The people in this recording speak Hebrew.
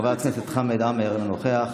חבר הכנסת חמד עמאר, אינו נוכח,